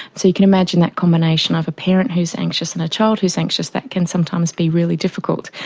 so you can imagine that combination of a parent who's anxious and a child who's anxious, that can sometimes be really difficult,